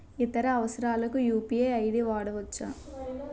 ఇతర అవసరాలకు UPI ID వాడవచ్చా?